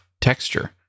texture